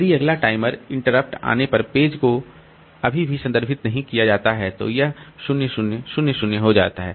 यदि अगला timer interrupt आने पर पेज को अभी भी संदर्भित नहीं किया जाता है तो यह 0 0 0 0 हो जाता है